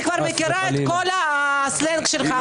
אני כבר מכירה את כל הסלנג שלך.